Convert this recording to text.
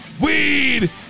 weed